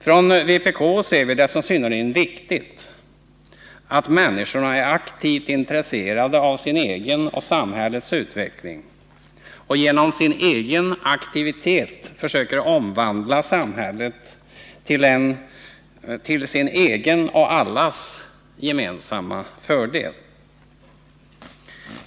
Från vpk ser vi det som synnerligen viktigt att människorna är aktivt intresserade av sin egen och samhällets utveckling och genom egen aktivitet försöker omvandla samhället till sin egen och allas gemensamma fördel.